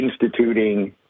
instituting